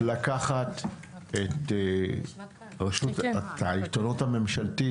יש לקחת את רשות העיתונות הממשלתית,